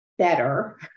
Better